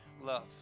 love